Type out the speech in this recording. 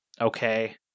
Okay